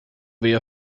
ver